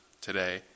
today